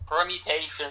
permutations